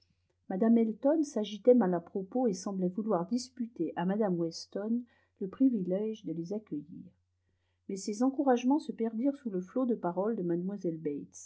mme elton s'agitait mal à propos et semblait vouloir disputer à mme weston le privilège de les accueillir mais ses encouragements se perdirent sous le flot de paroles de